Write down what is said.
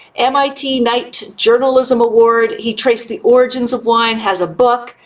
mit knight journalism award. he traced the origins of wine, has a book,